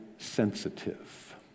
Sensitive